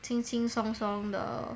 轻轻松松的